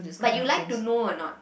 but you like to know or not